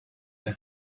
der